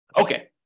Okay